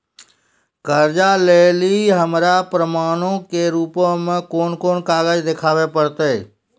कर्जा लै लेली हमरा प्रमाणो के रूपो मे कोन कोन कागज देखाबै पड़तै?